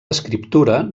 escriptura